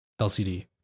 lcd